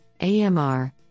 AMR